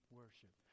worship